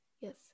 yes